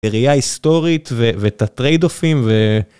אה, ראייה היסטורית ו-ואת הטרייד-אופים ו...